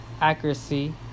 accuracy